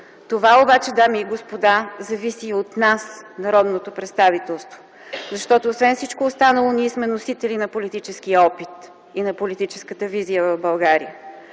Това обаче, дами и господа, зависи и от нас – народното представителство, защото, освен всичко останало, ние сме носители на политическия опит и на политическата визия в България.